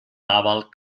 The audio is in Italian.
naval